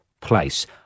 place